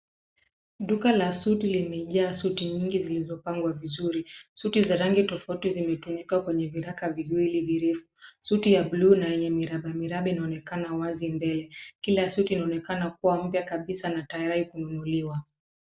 Duka ka suti limejaa suti nyingi zilizopangwa vizuri. Suti za rangi tofauti zimetundika kwenye viraka viwili virefu. Suti ya buluu na yenye mirabamiraba inaonekana wazi mbele. Kila suti inaonekana kuwa mpya kabisa na tayari kununuliwa.